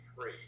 free